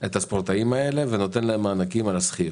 את הספורטאים האלה, ונותן להם מענקים על הזכיות,